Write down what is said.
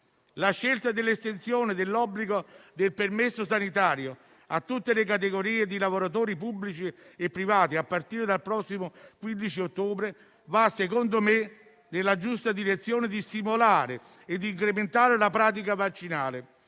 La scelta dell'estensione dell'obbligo del permesso sanitario a tutte le categorie di lavoratori pubblici e privati, a partire dal prossimo 15 ottobre, va secondo me nella giusta direzione di stimolare e incrementare la pratica vaccinale